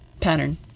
pattern